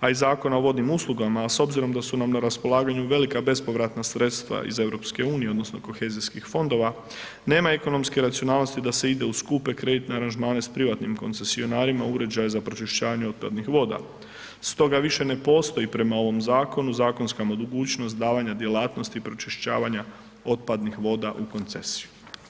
a i Zakona o vodnim uslugama, a s obzirom da su nam na raspolaganju velika bespovratna sredstva iz Europske unije odnosno Kohezijskih fondova, nema ekonomske racionalnosti da se ide u skupe kreditne aranžmane s privatnim koncesionarima uređaja za pročišćavanje otpadnih voda, stoga više ne postoji prema ovom Zakonu zakonska mogućnost davanja djelatnosti pročišćavanja otpadnih voda u koncesiju.